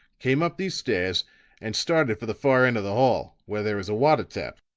came up these stairs and started for the far end of the hall, where there is a water tap.